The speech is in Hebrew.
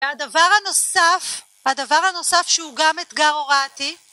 והדבר הנוסף, הדבר הנוסף שהוא גם אתגר הוראתי